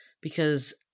because-